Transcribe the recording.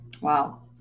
Wow